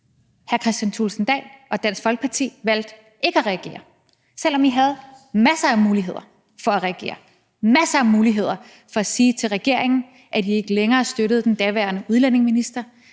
hr. Kristian Thulesen Dahl og Dansk Folkeparti valgte ikke at reagere, selv om I havde masser af muligheder for at reagere, masser af muligheder for at sige til regeringen, at I ikke længere støttede den daværende udlændingeminister,